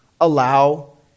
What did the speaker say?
allow